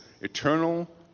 eternal